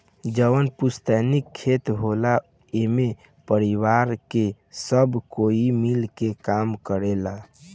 जवन पुस्तैनी खेत होला एमे परिवार के सब कोई मिल के काम करेला